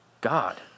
God